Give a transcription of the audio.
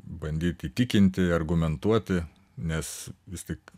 bandyt įtikinti argumentuoti nes vis tik